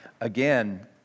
Again